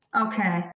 Okay